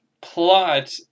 plot